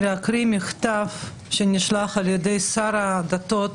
להקריא מכתב שנשלח על ידי שר הדתות,